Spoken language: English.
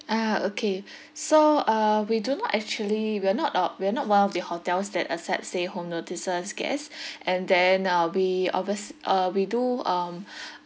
ah okay so uh we do not actually we are not uh we are not one of the hotels that accept stay home notices' guests and then uh we obvious uh we do um